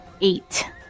Eight